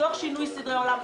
תוך שינוי סדרי עולם.